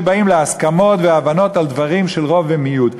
שבאים להסכמות והבנות על דברים של רוב ומיעוט.